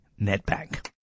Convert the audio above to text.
NetBank